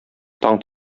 таң